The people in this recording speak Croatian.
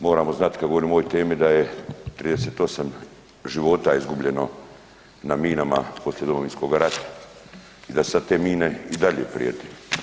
Moramo znati kad govorimo o ovoj temi da je 38 života izgubljeno na minama poslije Domovinskog rata i da sad te mine i dalje prijete.